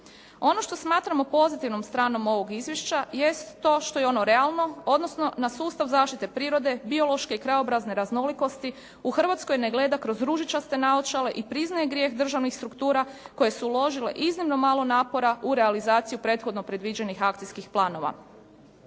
Ono što smatramo pozitivnom stranom ovog izvješća jest to što je ono realno odnosno na sustav zaštite prirode, biološke i krajobrazne raznolikosti u Hrvatskoj ne gleda kroz ružičaste naočale i priznaje grijeh državnih struktura koje su uložile iznimno malo napora u realizaciju prethodno predviđenih akcijskih planova.